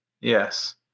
Yes